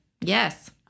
yes